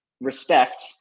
respect